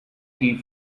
tea